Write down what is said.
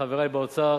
לחברי באוצר,